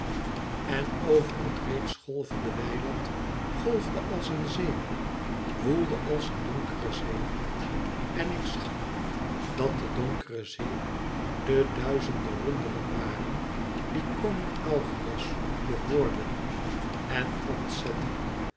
en over het reeds golvende weiland golfde als een zee woelde als een donkere zee en ik zag dat de donkere zee de duizende runderen waren die koning augeias behoorden en ontzette